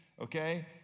okay